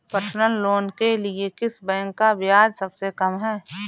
Personal loan के लिए किस बैंक का ब्याज सबसे कम है?